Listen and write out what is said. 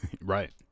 Right